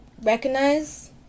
recognize